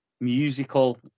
musical